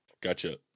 Gotcha